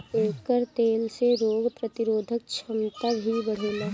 एकर तेल से रोग प्रतिरोधक क्षमता भी बढ़ेला